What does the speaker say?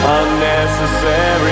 unnecessary